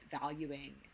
valuing